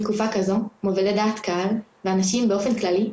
בתקופה כזו, מובילי דעת קהל ואנשים באופן כללי,